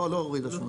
לא, לא הורידה שום